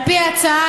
על פי ההצעה,